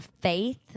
faith